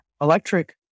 Electric